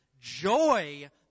Joy